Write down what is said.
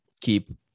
keep